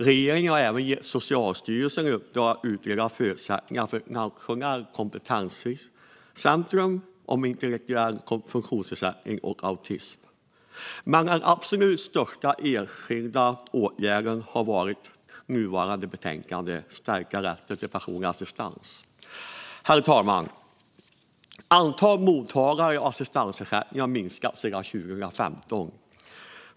Regeringen har även gett Socialstyrelsen i uppdrag att utreda förutsättningarna för ett nationellt kompetenscentrum för intellektuell funktionsnedsättning och autism. Men den absolut största enskilda åtgärden i nuvarande betänkande har varit att stärka rätten till personlig assistans. Herr talman! Antalet mottagare av assistansersättning har minskat sedan 2015.